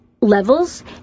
levels